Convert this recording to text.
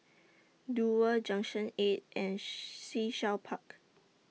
Duo Junction eight and Sea Shell Park